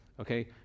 okay